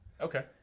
Okay